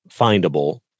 findable